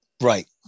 Right